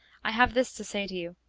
i have this to say to you,